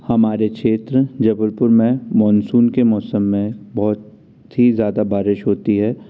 हमारे क्षेत्र जबलपुर में मानसून के मौसम में बहुत ही ज़्यादा बारिश होती है